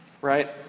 Right